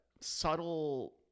subtle